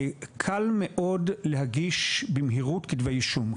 קל מאוד להגיש במהירות כתבי אישום.